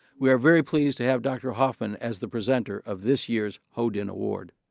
we are very pleased to have dr. hoffman as the presenter of this year's ho din award.